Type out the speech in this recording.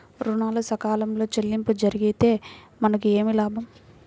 ఋణాలు సకాలంలో చెల్లింపు జరిగితే మనకు ఏమి లాభం?